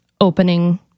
opening